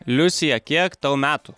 liucija kiek tau metų